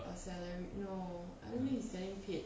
a salary no I don't think he's getting paid